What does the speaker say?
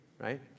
right